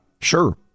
sure